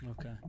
Okay